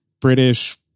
British